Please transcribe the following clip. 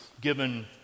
given